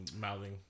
mouthing